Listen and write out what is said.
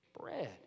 bread